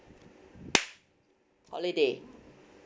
holiday